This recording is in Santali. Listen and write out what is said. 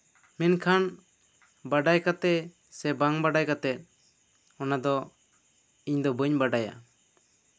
ᱢᱮᱱᱠᱷᱟᱱ ᱵᱟᱰᱟᱭ ᱠᱟᱛᱮ ᱥᱮ ᱵᱟᱝ ᱵᱟᱰᱟᱭ ᱠᱟᱛᱮ ᱚᱱᱟ ᱫᱚ ᱤᱧ ᱫᱚ ᱵᱟᱹᱧ ᱵᱟᱰᱟᱭᱟ